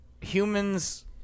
humans